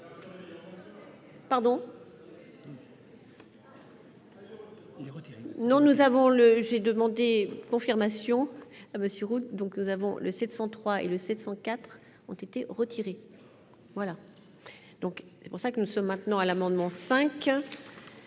avons le j'ai demandé confirmation à Monsieur route, donc nous avons le 703 et le 704 ont été retirés, voilà donc c'est pour ça que nous sommes maintenant à l'amendement 5